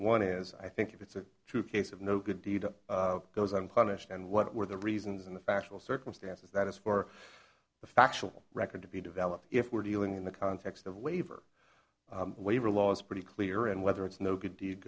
one is i think it's a true case of no good deed goes unpunished and what were the reasons and the factual circumstances that is for the factual record to be developed if we're dealing in the context of waiver waiver law it's pretty clear and whether it's no good deed